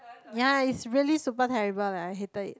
ya is really super terrible leh I hated it